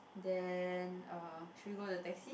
then uh should we go the taxi